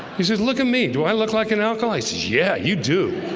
he says look at me do i look like an alkyl isis yeah you do